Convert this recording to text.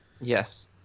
Yes